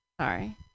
Sorry